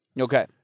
Okay